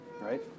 right